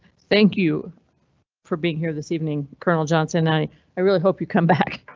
thank you for being here this evening. colonel johnson. i i really hope you come back.